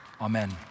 amen